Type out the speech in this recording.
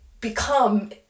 become